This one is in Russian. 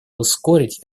ускорить